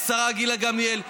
השרה גילה גמליאל,